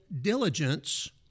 diligence